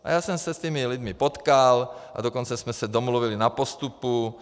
A já jsem se s těmi lidmi potkal, a dokonce jsme se domluvili na postupu.